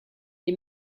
est